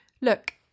look